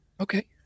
Okay